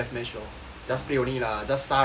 just play only lah just 杀人而已